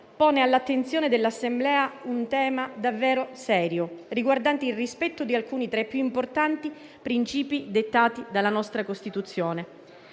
pone all'attenzione dell'Assemblea un tema davvero serio, riguardante il rispetto di alcuni tra i più importanti principi dettati dalla nostra Costituzione.